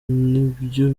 nibyo